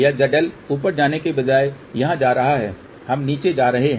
यह zL ऊपर जाने के बजाय यहाँ जा रहा है हम नीचे जा रहे हैं